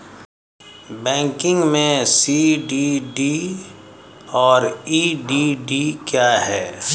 Banking में CDD और EDD क्या हैं?